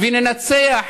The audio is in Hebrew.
וננצח,